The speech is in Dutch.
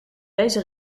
deze